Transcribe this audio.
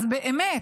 אז באמת,